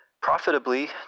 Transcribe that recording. profitably